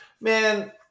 man